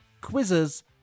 quizzes